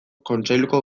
kontseiluko